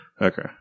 Okay